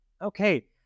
Okay